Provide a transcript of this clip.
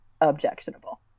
objectionable